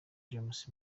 james